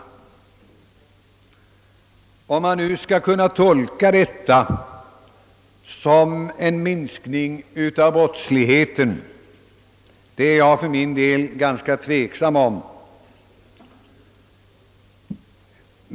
Huruvida man skall tolka detta som en minskning av brottsligheten ställer jag mig dock för min del ganska tveksam inför.